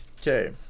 Okay